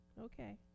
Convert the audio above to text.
Okay